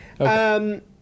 Okay